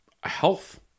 health